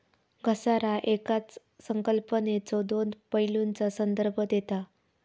घसारा येकाच संकल्पनेच्यो दोन पैलूंचा संदर्भ देता